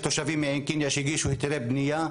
תושבים מעין קנייא שהגישו היתרי בנייה,